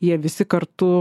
jie visi kartu